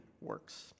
works